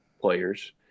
players